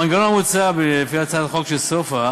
המנגנון המוצע, לפי הצעת החוק של סופה,